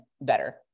better